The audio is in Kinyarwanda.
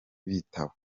bitaba